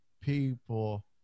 people